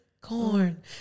Corn